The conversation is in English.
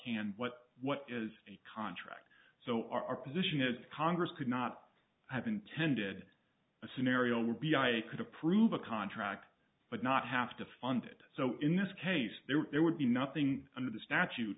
can what what is the contract so our position that congress could not have intended a scenario would be i could approve a contract but not have to fund it so in this case there would be nothing under the statute